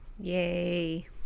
Yay